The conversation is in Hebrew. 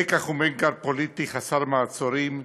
מיקח וממכר פוליטי חסר מעצורים,